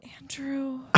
Andrew